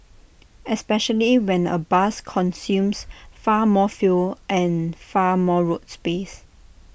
especially when A bus consumes far more fuel and far more road space